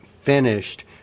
finished